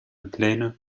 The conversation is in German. pläne